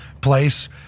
place